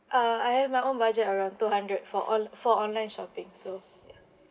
uh I have my own budget around two hundred for onl~ for online shopping so ya